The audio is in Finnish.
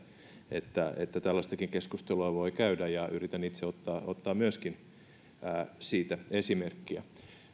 että että tällaistakin keskustelua voi käydä ja yritän myöskin itse ottaa ottaa siitä esimerkkiä